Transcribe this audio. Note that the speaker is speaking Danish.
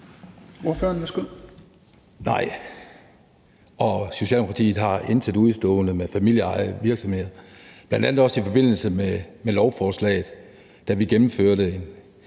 Nej, og Socialdemokratiet har intet udestående med familieejede virksomheder. Bl.a. også i forbindelse med lovforslaget, da vi gennemførte en